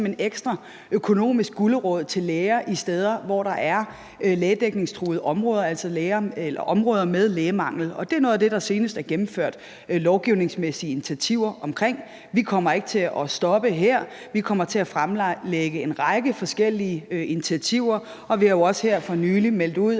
en ekstra økonomisk gulerod til læger de steder, som er lægedækningstruede, altså områder med lægemangel? Og det er noget af det, der senest er gennemført lovgivningsmæssige initiativer til. Vi kommer ikke til at stoppe her. Vi kommer til at fremlægge en række forskellige initiativer, og vi har jo også her for nylig meldt ud,